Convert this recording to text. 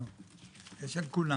לא, זה של כולם.